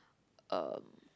um